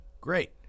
great